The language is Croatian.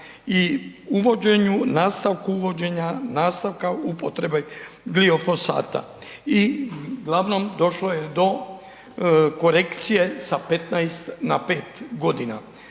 i uvođenju, nastavku uvođenja, nastavka upotrebe gliofosata. I glavnom došlo je do korekcije sa 15 na 5 godina.